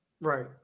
Right